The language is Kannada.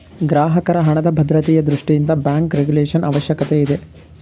ಗ್ರಾಹಕರ ಹಣದ ಭದ್ರತೆಯ ದೃಷ್ಟಿಯಿಂದ ಬ್ಯಾಂಕ್ ರೆಗುಲೇಶನ್ ಅವಶ್ಯಕತೆ ಇದೆ